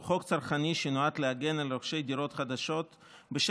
הוא חוק צרכני שנועד להגן על רוכשי דירות חדשות בשל